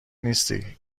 نیستی